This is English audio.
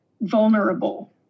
vulnerable